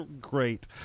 great